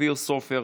אופיר סופר,